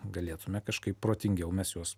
galėtume kažkaip protingiau mes juos